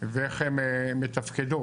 ואיך הן מתפקדות.